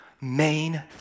main